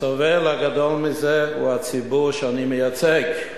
הסובל הגדול מזה הוא הציבור שאני מייצג,